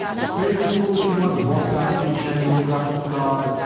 it's very useful if you want the most out of your shiny new graphics card.